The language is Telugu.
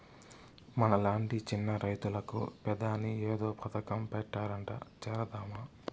మనలాంటి చిన్న రైతులకు పెదాని ఏదో పథకం పెట్టారట చేరదామా